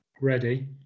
ready